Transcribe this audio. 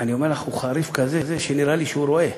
אני אומר לך, הוא חריף כזה, שנראה לי שהוא רואה.